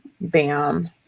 bam